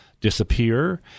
disappear